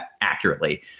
accurately